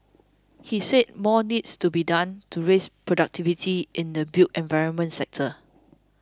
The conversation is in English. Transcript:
he said more needs to be done to raise productivity in the built environment sector